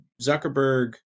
Zuckerberg